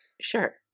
Sure